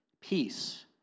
peace